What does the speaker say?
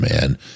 man